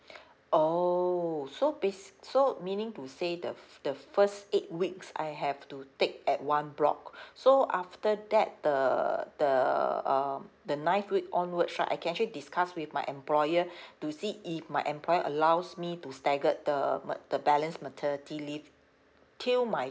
oh so bas~ so meaning to say the f~ the first eight weeks I have to take at one block so after that the the uh the ninth week onwards right I can actually discuss with my employer to see if my employer allows me to staggered the ma~ the balance maternity leave till my